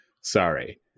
Sorry